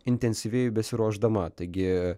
intensyviai besiruošdama taigi